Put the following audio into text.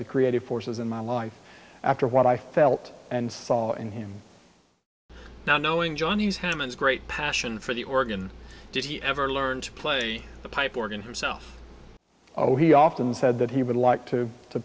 the creative forces in my life after what i felt and saw in him now knowing johnny's hammond's great passion for the organ did he ever learn to play the pipe organ herself oh he often said that he would like to to